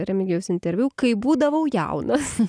remigijaus interviu kai būdavau jaunas